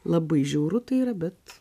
labai žiauru tai yra bet